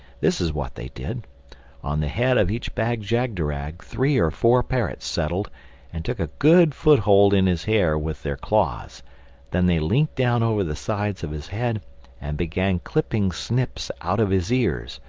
this is what they did on the head of each bag-jagderag three or four parrots settled and took a good foot-hold in his hair with their claws then they leant down over the sides of his head and began clipping snips out of his ears,